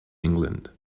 england